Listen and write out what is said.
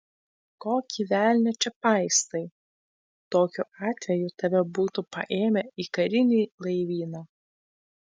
kokį velnią čia paistai tokiu atveju tave būtų paėmę į karinį laivyną